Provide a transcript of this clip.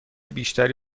بیشتری